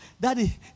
Daddy